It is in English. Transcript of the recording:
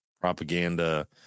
propaganda